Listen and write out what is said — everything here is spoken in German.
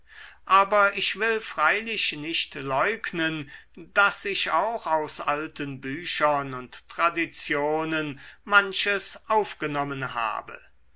aber ich will freilich nicht leugnen daß ich auch aus alten büchern und traditionen manches aufgenommen habe